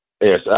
Yes